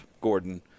Gordon